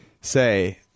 say